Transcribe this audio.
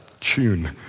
tune